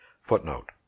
footnote